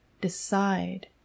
decide